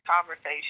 conversation